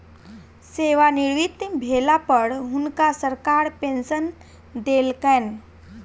सेवानिवृत भेला पर हुनका सरकार पेंशन देलकैन